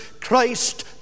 Christ